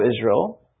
Israel